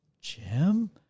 Jim